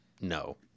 no